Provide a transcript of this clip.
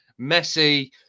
Messi